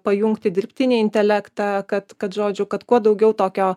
pajungti dirbtinį intelektą kad kad žodžių kad kuo daugiau tokio